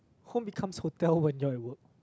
home becomes hotel when you're at work